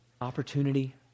opportunity